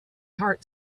heart